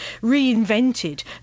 reinvented